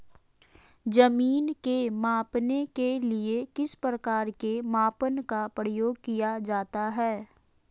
जमीन के मापने के लिए किस प्रकार के मापन का प्रयोग किया जाता है?